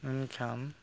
ᱮᱱᱠᱷᱟᱱ